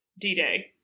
D-Day